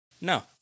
No